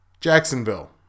Jacksonville